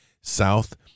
South